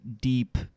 deep